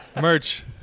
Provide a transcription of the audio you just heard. Merch